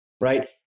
right